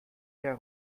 der